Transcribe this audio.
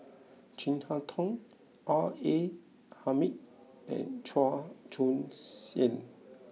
Chin Harn Tong R A Hamid and Chua Joon Siang